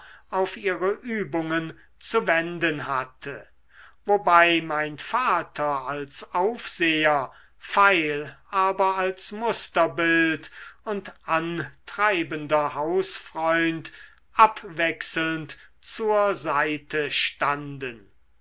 auf ihre übungen zu wenden hatte wobei mein vater als aufseher pfeil aber als musterbild und antreibender hausfreund abwechselnd zur seite standen